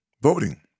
Voting